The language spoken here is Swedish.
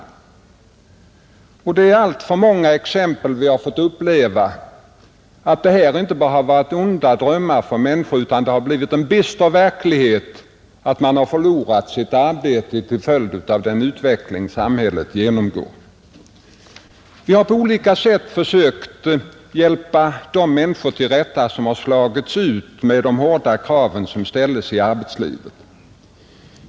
Vi har fått uppleva alltför många exempel på att det här inte bara varit onda drömmar för människor, utan det har blivit en bister verklighet att man förlorat sitt arbete till följd av den utveckling näringslivet genomgår. Vi har på olika sätt försökt hjälpa de människor till rätta som slagits ut på grund av de hårda krav som ställs i arbetslivet.